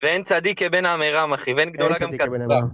ואין צדיק כבן עמרם אחי, ואין גדולה גם ככה.